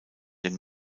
dem